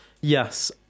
yes